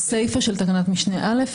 הסעיף הוא של תקנת משנה א,